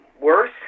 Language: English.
worse